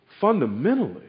fundamentally